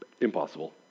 impossible